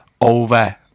over